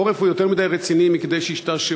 העורף הוא יותר מדי רציני מכדי שישתעשעו